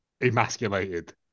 emasculated